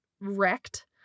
wrecked